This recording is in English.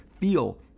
feel